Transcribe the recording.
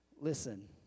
Listen